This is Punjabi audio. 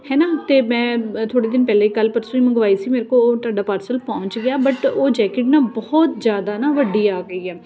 ਹੈ ਨਾ ਅਤੇ ਮੈਂ ਥੋੜ੍ਹੇ ਦਿਨ ਪਹਿਲੇ ਕੱਲ੍ਹ ਪਰਸੋਂ ਵੀ ਮੰਗਵਾਈ ਸੀ ਮੇਰੇ ਕੋਲ ਤੁਹਾਡਾ ਪਾਰਸਲ ਪਹੁੰਚ ਗਿਆ ਬਟ ਉਹ ਜੈਕਟ ਨਾ ਬਹੁਤ ਜ਼ਿਆਦਾ ਨਾ ਵੱਡੀ ਆ ਗਈ ਹੈ